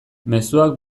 mezuak